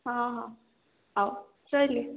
ହଁ ହଁ ହଉ ରହିଲି